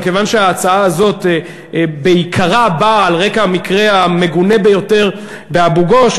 אבל כיוון שההצעה הזאת בעיקרה באה על רקע המקרה המגונה ביותר באבו-גוש,